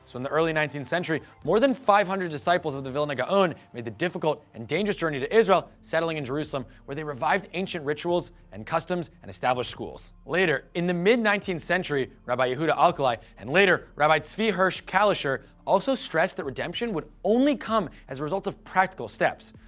so in the early nineteenth century, more than five hundred disciples of the vilna ga'on made the difficult and dangerous journey to israel, settling in jerusalem, where they revived ancient rituals and customs and established schools. later, in the mid nineteenth century, rabbi yehuda alkalai and later rabbi zvi hirsch kalischer, also stressed that redemption would only come as a result of practical steps.